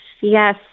Yes